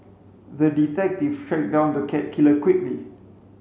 the detective tracked down the cat killer quickly